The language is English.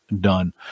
done